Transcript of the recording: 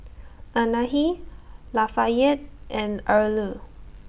Anahi Lafayette and Erle